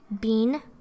Bean